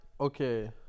okay